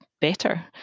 better